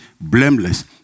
blameless